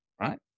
right